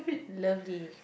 lovely